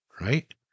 right